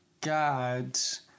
gods